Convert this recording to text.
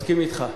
אני מסכים אתך.